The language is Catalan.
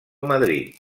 madrid